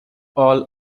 all